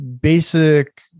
basic